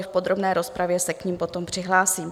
V podrobné rozpravě se k nim potom přihlásím.